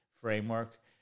framework